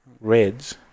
Reds